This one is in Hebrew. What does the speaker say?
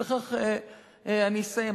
ובכך אני אסיים,